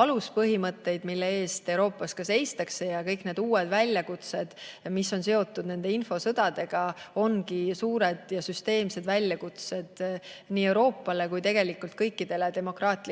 aluspõhimõtteid, mille eest Euroopas ka seistakse. Ja kõik uued väljakutsed, mis on seotud nende infosõdadega, ongi suured ja süsteemsed väljakutsed nii Euroopale kui tegelikult kõikidele demokraatlikele